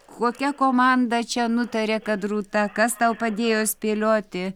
kokia komanda čia nutarė kad rūta kas tau padėjo spėlioti